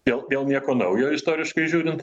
vėl vėl nieko naujo istoriškai žiūrint